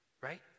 right